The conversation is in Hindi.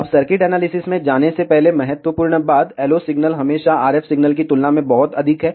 अब सर्किट एनालिसिस में जाने से पहले महत्वपूर्ण बात LO सिग्नल हमेशा RF सिग्नल की तुलना में बहुत अधिक है